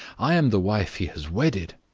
i am the wife he has wedded,